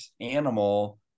animal